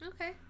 okay